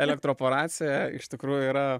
elektroporacija iš tikrųjų yra